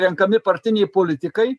renkami partiniai politikai